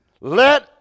Let